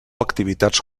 activitats